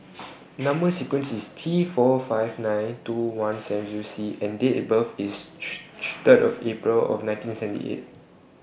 Number sequence IS T four five nine two one seven Zero C and Date of birth IS Date of April nineteen seventy eight